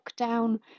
lockdown